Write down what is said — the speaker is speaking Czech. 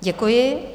Děkuji.